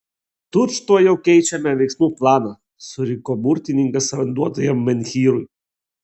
tučtuojau keičiame veiksmų planą suriko burtininkas randuotajam menhyrui